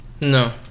No